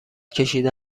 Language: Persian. کشیدن